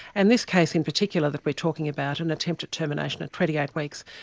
and this case in particular that we are talking about, an attempted termination at twenty eight weeks,